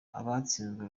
abatsinzwe